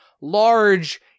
large